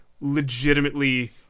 legitimately